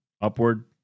upward